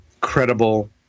credible